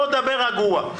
פה דבר רגוע.